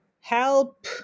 help